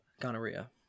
gonorrhea